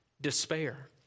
despair